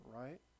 right